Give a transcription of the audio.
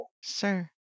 Sure